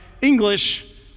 English